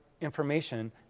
information